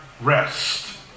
rest